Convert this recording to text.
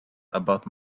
about